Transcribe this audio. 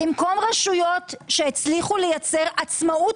במקום רשויות שהצליחו לייצר עצמאות